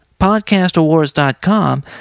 podcastawards.com